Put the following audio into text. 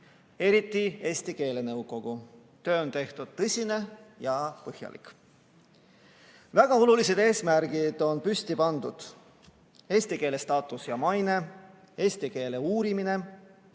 eriti Eesti keelenõukogu. Töö on tehtud tõsine ja põhjalik. Väga olulised eesmärgid on püsti pandud: eesti keele staatus ja maine, eesti keele uurimine,